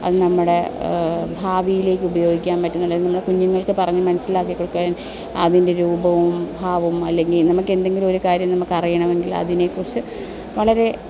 അത് നമ്മുടെ ഭാവിയിലേക്ക് ഉപയോഗിക്കാൻ പറ്റുന്നുണ്ടെങ്കിൽ നമ്മുടെ കുഞ്ഞുങ്ങൾക്ക് പറഞ്ഞ് മനസ്സിലാക്കി കൊടുക്കൻ അതിൻ്റെ രൂപവും ഭാവവും അല്ലെങ്കിൽ നമുക്ക് എന്തെങ്കിലും ഒരു കാര്യം നമുക്കറിയണമെങ്കിൽ അതിനെക്കുറിച്ച് വളരെ